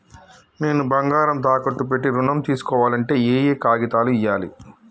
నేను బంగారం తాకట్టు పెట్టి ఋణం తీస్కోవాలంటే ఏయే కాగితాలు ఇయ్యాలి?